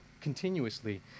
continuously